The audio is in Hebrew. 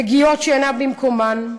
נגיעות שאינן במקומן,